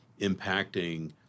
impacting